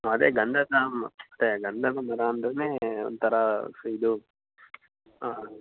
ಹಾಂ ಅದೆ ಗಂಧದ ಮತ್ತೆ ಗಂಧದ ಮರ ಅಂದ್ರೇ ಒಂಥರ ಇದು ಹಾಂ